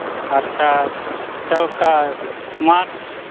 ᱟᱪᱪᱷᱟ ᱪᱮᱫᱞᱮᱠᱟ ᱥᱩᱠᱩᱢᱟᱨ